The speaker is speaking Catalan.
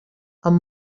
amb